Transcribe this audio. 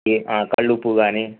ఏ కల్లు ఉప్పు కానీ